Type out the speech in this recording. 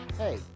hey